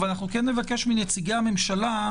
אבל נבקש מנציגי הממשלה,